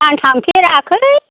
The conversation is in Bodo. आं थांफेराखै